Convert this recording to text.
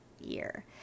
year